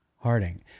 Harding